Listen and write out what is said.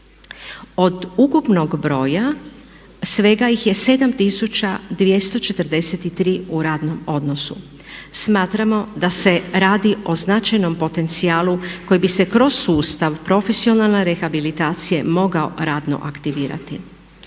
Od ukupnog broja svega ih je 7243 u radnom odnosu. Smatramo da se radi o značajnom potencijalu koji bi se kroz sustav profesionalne rehabilitacije mogao radno aktivirati.